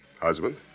Husband